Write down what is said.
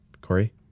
Corey